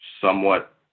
somewhat